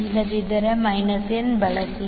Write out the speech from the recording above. ಇಲ್ಲದಿದ್ದರೆ n ಬಳಸಿ